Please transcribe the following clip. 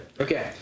Okay